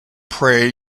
prey